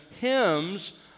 hymns